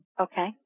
Okay